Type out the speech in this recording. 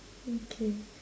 okay